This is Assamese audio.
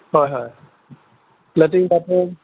হয় হয় লেট্ৰিন বাথৰুম